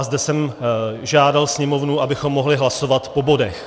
Zde jsem žádal Sněmovnu, abychom mohli hlasovat po bodech.